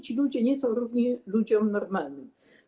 Ci ludzie nie są równi ludziom normalnym.